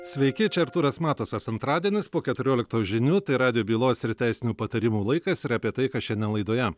sveiki čia artūras matusas antradienis po keturioliktos žinių radijo bylos ir teisinių patarimų laikas ir apie tai kas šiandien laidoje